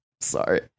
Sorry